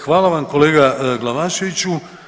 Hvala vam kolega Glavaševiću.